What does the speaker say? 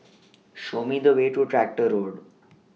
Show Me The Way to Tractor Road